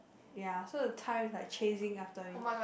ya so the time is like chasing after me